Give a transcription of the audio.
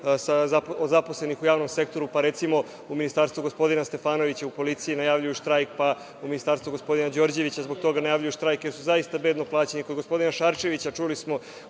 od zaposlenih u javnom sektoru, pa recimo u ministarstvu gospodina Stefanovića, u policiji, najavljuju štrajk, pa u ministarstvu gospodina Đorđevića, zbog toga najavljuju štrajk, jer su zaista bedno plaćeni. Kod gospodina Šarčevića, čuli smo,